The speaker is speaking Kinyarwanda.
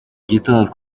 gitondo